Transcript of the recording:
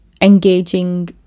engaging